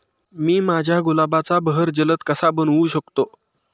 मी माझ्या गुलाबाचा बहर जलद कसा बनवू शकतो?